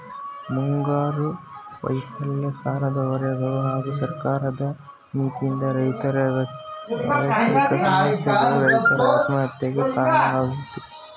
ಮುಂಗಾರು ವೈಫಲ್ಯ ಸಾಲದ ಹೊರೆಗಳು ಹಾಗೂ ಸರ್ಕಾರದ ನೀತಿಯಿಂದ ರೈತರ ವ್ಯಯಕ್ತಿಕ ಸಮಸ್ಯೆಗಳು ರೈತರ ಆತ್ಮಹತ್ಯೆಗೆ ಕಾರಣವಾಗಯ್ತೆ